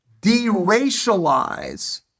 de-racialize